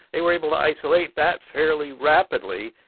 they were able to isolate that fairly rapidly,